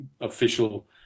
official